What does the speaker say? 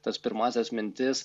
tas pirmąsias mintis